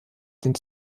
den